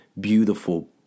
beautiful